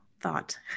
thought